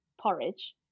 porridge